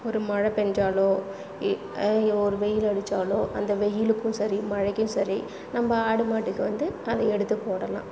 ஒரு மழை பேஞ்சாலோ இ ஒரு வெயிலடிச்சாலோ அந்த வெயிலுக்கும் சரி மழைக்கும் சரி நம்ப ஆடு மாட்டுக்கு வந்து அதை எடுத்துப் போடலாம்